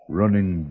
running